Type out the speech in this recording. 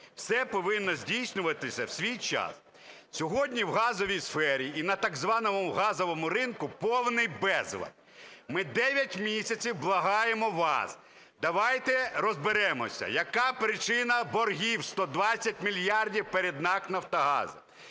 Все повинно здійснюватися в свій час. Сьогодні в газовій сфері і на так званому газовому ринку повний безлад. Ми 9 місяців благаємо вас, давайте розберемося, яка причина боргів 120 мільярдів перед НАК "Нафтогазом",